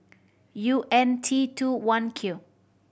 U N T two I Q